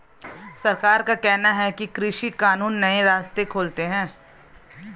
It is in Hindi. सरकार का कहना है कि कृषि कानून नए रास्ते खोलते है